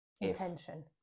Intention